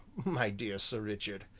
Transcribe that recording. my dear sir richard,